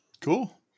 cool